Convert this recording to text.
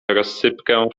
rozsypkę